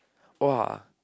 !wah!